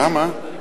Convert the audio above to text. למה?